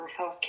healthcare